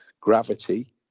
Gravity